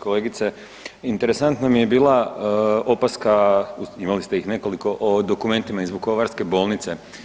Kolegice, interesantna mi je bila opaska, imali ste ih nekoliko, o dokumentima iz vukovarske bolnice.